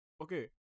Okay